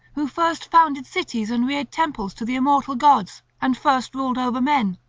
who first founded cities and reared temples to the immortal gods, and first ruled over men.